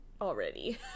already